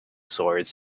swords